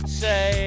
say